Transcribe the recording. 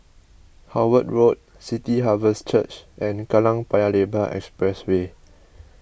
Howard Road City Harvest Church and Kallang Paya Lebar Expressway